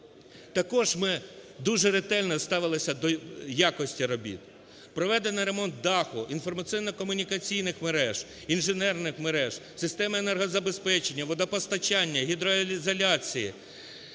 Також ми дуже ретельно ставилися до якості робіт. Проведений ремонт даху, інформаційно-комунікаційних мереж, інженерних мереж, системи енергозабезпечення, водопостачання, гідроізоляції,